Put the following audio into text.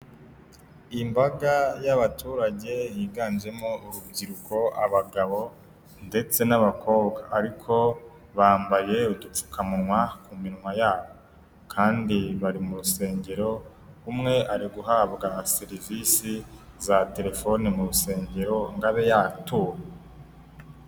Imbaga y'abaturage yiganjemo urubyiruko, abagabo ndetse n'abakobwa. Ariko bambaye udupfukamunwa ku minwa yabo. Kandi bari mu rusengero, umwe ari guhabwa serivisi za telefone mu rusengero ngo abe yatura.